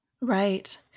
Right